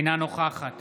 אינה נוכחת